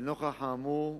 לנוכח האמור,